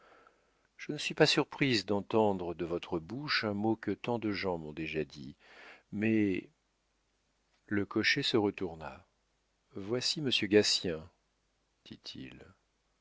je ne suis pas surprise d'entendre de votre bouche un mot que tant de gens m'ont déjà dit mais le cocher se retourna voici monsieur gatien dit-il